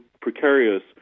precarious